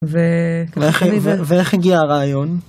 ואיך הגיע הרעיון?